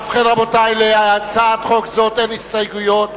ובכן, רבותי, להצעת חוק זאת אין הסתייגויות,